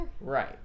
Right